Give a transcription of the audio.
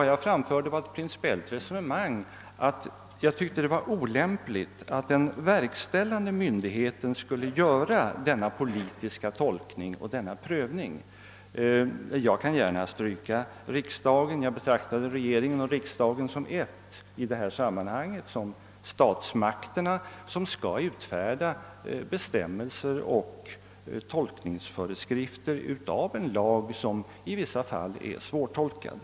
Jag förde ett principiellt resonemang om att det var olämpligt att den verkställande myndigheten skulle göra denna politiska tolkning och denna prövning.. Jag betraktade visserligen regeringen och riksdagen som ett i detta sammanhang — jag ansåg att det var dessa båda statsmakter som skall utfärda föreskrifter om tolkning av en lag, som i vissa fall är svårtolkad.